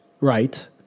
right